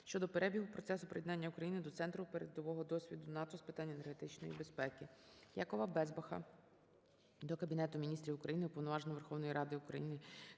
щодо перебігу процесу приєднання України до Центру передового досвіду НАТО з питань енергетичної безпеки. ЯковаБезбаха до Кабінету Міністрів України, Уповноваженого Верховної Ради України